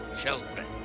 children